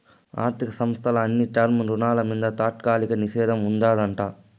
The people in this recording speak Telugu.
ఆర్థిక సంస్థల అన్ని టర్మ్ రుణాల మింద తాత్కాలిక నిషేధం ఉండాదట